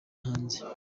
hanze